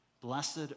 Blessed